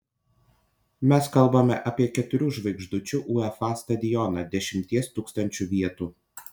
mes kalbame apie keturių žvaigždučių uefa stadioną dešimties tūkstančių vietų